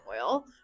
oil